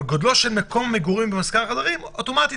אבל גודלו של מקום המגורים ומספר החדרים זה דבר שאוטומטית